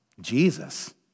Jesus